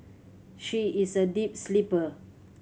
she is a deep sleeper